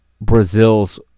Brazil's